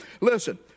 Listen